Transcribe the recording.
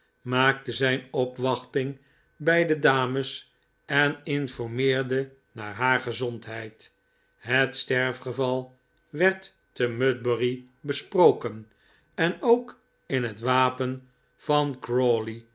maakte zijn opwachting bij de dames en informeerde naar haar gezondheid het sterfgeval werd te mudbury besproken en ook in het wapen van